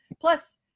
Plus